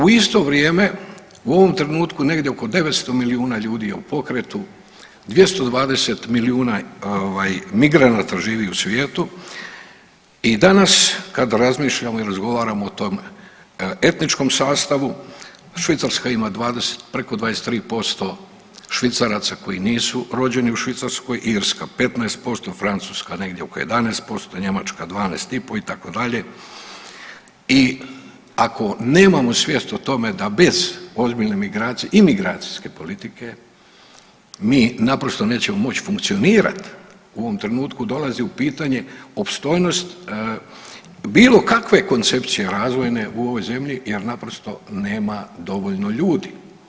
U isto vrijeme u ovom trenutku negdje oko 900 milijuna ljudi je u pokrenu, 220 milijuna migranata živi u svijetu i danas kad razmišljamo i razgovaramo o tom etničkom sastavu, Švicarska ima 20, preko 23% Švicaraca koji nisu rođeni u Švicarskoj, Irska 15%, Francuska negdje oko 11%, Njemačka 12,5, itd., i ako nemamo svijest o tome da bez ozbiljne imigracijske politike, mi naprosto nećemo moći funkcionirati u ovom trenutku dolazi u pitanje opstojnost bilo kakve koncepcije razvojne u ovoj zemlji jer naprosto nema dovoljno ljudi.